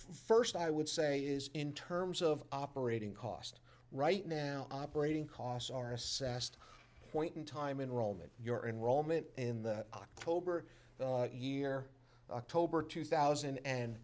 first i would say is in terms of operating cost right now operating costs are assessed point in time in rome and your enrollment in the october year october two thousand and